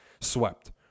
swept